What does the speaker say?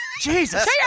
Jesus